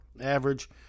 average